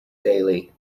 daily